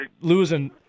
losing